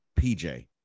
PJ